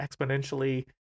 exponentially